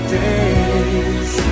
days